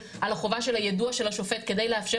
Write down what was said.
על החובה של היידוע של השופט כדי לאפשר